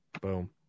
Boom